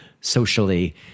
socially